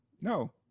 no